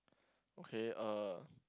okay uh